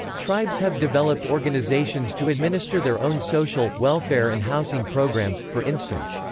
tribes have developed organizations to administer their own social, welfare and housing programs, for instance.